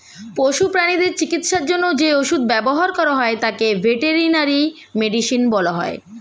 পশু প্রানীদের চিকিৎসার জন্য যে ওষুধ ব্যবহার করা হয় তাকে ভেটেরিনারি মেডিসিন বলা হয়